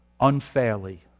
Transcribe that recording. Unfairly